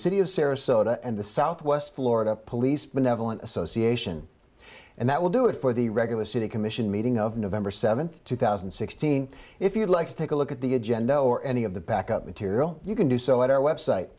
city of sarasota and the southwest florida police benevolent association and that will do it for the regular city commission meeting of november seventh two thousand and sixteen if you'd like to take a look at the agenda or any of the back up material you can do so at our website